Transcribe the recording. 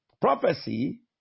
prophecy